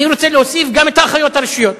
אני רוצה להוסיף גם את האחיות הראשיות,